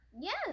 yes